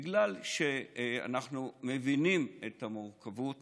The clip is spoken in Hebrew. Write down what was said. בגלל שאנחנו מבינים את המורכבות